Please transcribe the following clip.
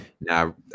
Now